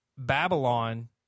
Babylon